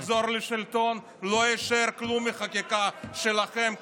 נחזור לשלטון, לא יישאר כלום מהחקיקה שלכם.